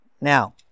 Now